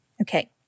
Okay